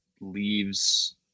leaves